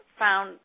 found